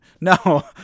No